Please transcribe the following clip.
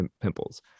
pimples